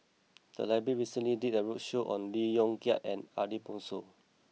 the library recently did a roadshow on Lee Yong Kiat and Ariff Bongso